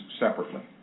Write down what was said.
separately